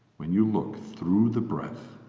when you look through the breath,